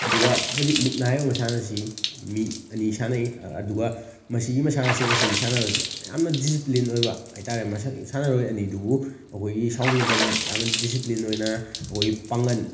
ꯑꯗꯨꯒ ꯍꯧꯖꯤꯛ ꯃꯨꯛꯅꯥ ꯍꯥꯏꯕ ꯃꯁꯥꯟꯅ ꯑꯁꯤ ꯃꯤ ꯑꯅꯤ ꯁꯥꯟꯅꯩ ꯑꯗꯨꯒ ꯃꯁꯤꯒꯤ ꯃꯁꯥꯟꯅꯁꯤꯡ ꯑꯁꯤ ꯁꯥꯟꯅꯕꯗ ꯌꯥꯝꯅ ꯗꯤꯁꯤꯄ꯭ꯂꯤꯟ ꯑꯣꯏꯕ ꯍꯥꯏꯇꯥꯔꯦ ꯃꯁꯛ ꯁꯥꯟꯅꯔꯣꯏ ꯑꯅꯤꯗꯨꯕꯨ ꯑꯩꯈꯣꯏꯒꯤ ꯁꯥꯎꯅꯗꯕꯤ ꯌꯥꯝꯅ ꯗꯤꯁꯤꯄ꯭ꯂꯤꯟ ꯑꯣꯏꯅ ꯑꯩꯈꯣꯏꯒꯤ ꯄꯥꯡꯒꯜ